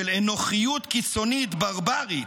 של אנוכיות קיצונית ברברית,